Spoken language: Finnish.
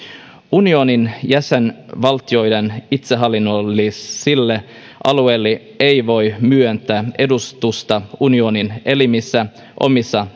unionin jäsenvaltioiden itsehallinnollisille alueille ei voi myöntää edustusta unionin elimissä omissa